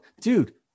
dude